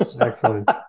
excellent